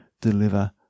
deliver